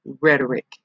Rhetoric